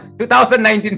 2019